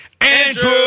Andrew